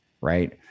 right